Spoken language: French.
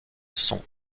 sont